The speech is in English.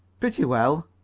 pretty well.